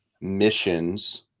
missions